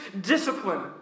discipline